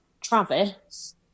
Travis